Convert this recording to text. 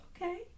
Okay